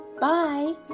bye